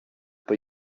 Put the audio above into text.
but